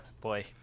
Boy